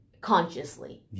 consciously